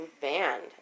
banned